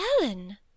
ellen